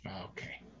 Okay